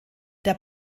der